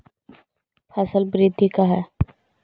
फसल वृद्धि का है?